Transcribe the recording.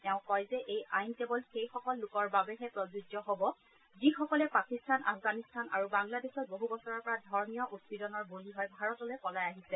তেওঁ কয় যে এই আইন কেৱল সেইসকল লোকৰ বাবেহে যিসকল পাকিস্তান আফগানিস্তান আৰু বাংলাদেশত বহু বছৰৰ পৰা ধৰ্মীয় উৎপীড়নৰ বলি হৈ ভাৰতলৈ পলাই আহিছে